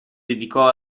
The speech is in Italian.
dedicò